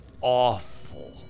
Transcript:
awful